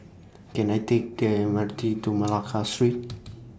Can I Take The M R T to Malacca Street